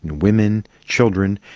women, children.